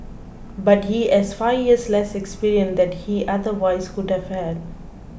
but he is five years less experience that he otherwise would have had